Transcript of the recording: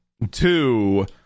two